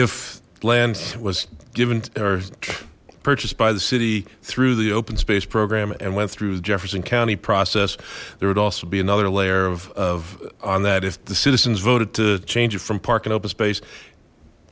if land was given or purchased by the city through the open space program and went through the jefferson county process there would also be another layer of on that if the citizens voted to change it from park and open space